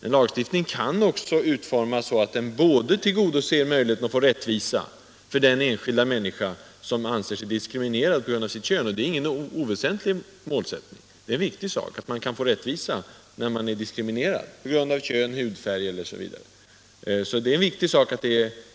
En lag kan utformas så, att den tillgodoser möjligheten att få rättvisa för den enskilda människa som anser sig diskriminerad på grund av sitt kön. Det är inget oväsentligt mål, utan tvärtom viktigt att man kan få rättvisa, när man är diskriminerad på grund av kön, hudfärg eller annat.